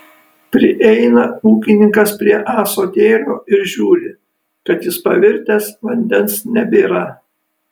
prieina ūkininkas prie ąsotėlio ir žiūri kad jis pavirtęs vandens nebėra